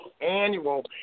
annual